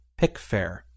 Pickfair